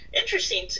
Interesting